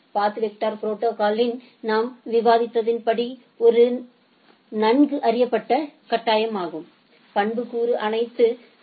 பாத் vector ப்ரோடோகால்களில் நாம் விவாதித்தபடி ஒன்று நன்கு அறியப்பட்ட கட்டாயமாகும் பண்புக்கூறு அனைத்து பி